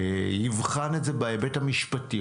יבחן את זה בהיבט המשפטי,